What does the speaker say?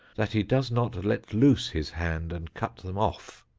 that he does not let loose his hand and cut them off.